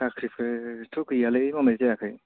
साख्रिफोरथ' गैयालै मावनाय जायाखै